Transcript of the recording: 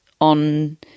on